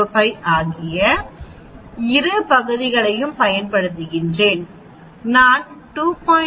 05 ஆகிய இரு பகுதிகளையும் பயன்படுத்துகிறேன் நான் 2